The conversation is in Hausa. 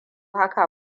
haka